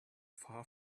far